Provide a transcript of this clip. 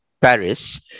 Paris